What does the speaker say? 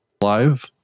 live